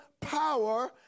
power